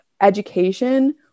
education